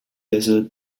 desert